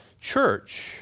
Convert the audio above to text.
church